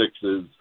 sixes